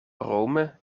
rome